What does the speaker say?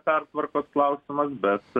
pertvarkos klausimas bet